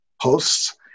posts